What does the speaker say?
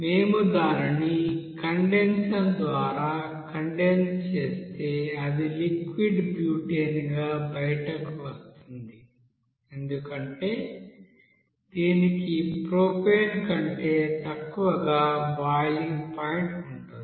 మేము దానిని కండెన్సర్ ద్వారా కండెన్స్ చేస్తే అది లిక్విడ్ బ్యూటేన్గా బయటకు వస్తుంది ఎందుకంటే దీనికి ప్రొపేన్ కంటే తక్కువగా బాయిలింగ్ పాయింట్ ఉంటుంది